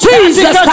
Jesus